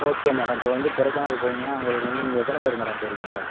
okay madam இப்போ வந்து கொடைக்கானல் போனீங்கனால் உங்களுக்கு வந்து நீங்கள் எத்தனை பேரு மேடம் போகிறீங்க